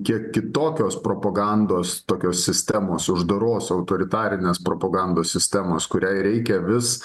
kiek kitokios propagandos tokios sistemos uždaros autoritarinės propagandos sistemos kuriai reikia vis